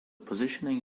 positioning